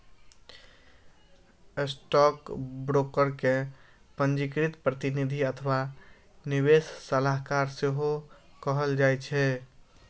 stockbroker कें पंजीकृत प्रतिनिधि अथवा निवेश सलाहकार सेहो कहल जाइ छै